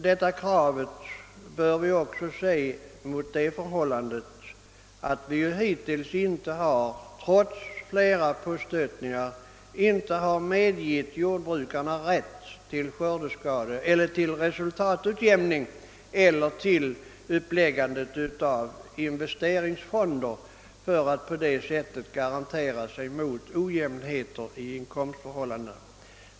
Detta krav bör vi också se mot det förhållandet att man, trots flera påstötningar, inte har medgivit jordbrukarna rätt till resultatutjämning eller till uppläggning av investeringsfonder för att på det sättet gardera sig mot ojämnheter i inkomstförhållandena.